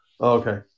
Okay